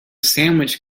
sandwich